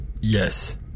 yes